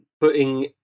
putting